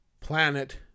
planet